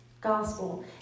gospel